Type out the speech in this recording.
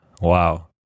Wow